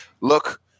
look